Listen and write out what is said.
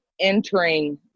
entering